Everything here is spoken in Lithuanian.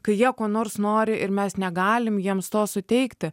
kai jie ko nors nori ir mes negalim jiems to suteikti